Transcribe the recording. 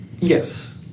Yes